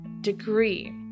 degree